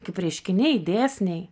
kaip reiškiniai dėsniai